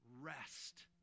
rest